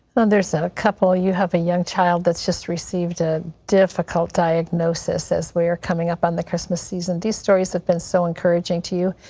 there's a couple, you have a young child that's just received a difficult diagnosis as we are coming up on the christmas season, these stories have been so encouraging to you.